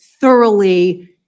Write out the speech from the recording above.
thoroughly